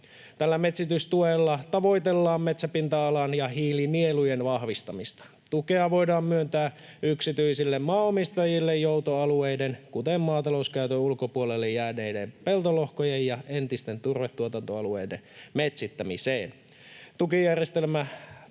Tällä metsitystuella tavoitellaan metsäpinta-alan ja hiilinielujen vahvistamista. Tukea voidaan myöntää yksityisille maanomistajille joutoalueiden, kuten maatalouskäytön ulkopuolelle jääneiden peltolohkojen ja entisten turvetuotantoalueiden metsittämiseen.